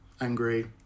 angry